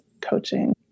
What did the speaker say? coaching